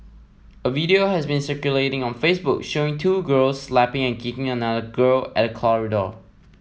a video has been circulating on Facebook showing two girls slapping and kicking another girl at a corridor